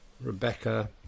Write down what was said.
Rebecca